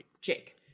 Jake